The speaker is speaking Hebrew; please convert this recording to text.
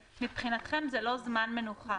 מבחינתכם זה לא זמן מנוחה.